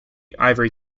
ivory